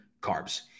carbs